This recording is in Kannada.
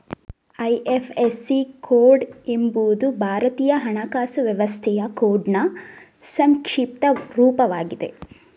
ಐ.ಎಫ್.ಎಸ್.ಸಿ ಕೋಡ್ ಎಂಬುದು ಭಾರತೀಯ ಹಣಕಾಸು ವ್ಯವಸ್ಥೆಯ ಕೋಡ್ನ್ ಸಂಕ್ಷಿಪ್ತ ರೂಪವಾಗಿದೆ